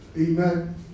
Amen